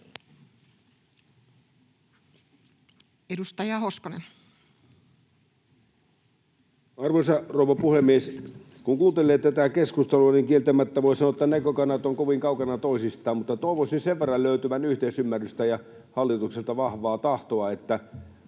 Edustaja Hoskonen. Arvoisa rouva puhemies! Kun kuuntelee tätä keskustelua, niin kieltämättä voi sanoa, että näkökannat ovat kovin kaukana toisistaan, mutta toivoisin löytyvän yhteisymmärrystä ja hallitukselta vahvaa tahtoa. Mitä